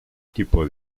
tipo